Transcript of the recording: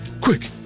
Quick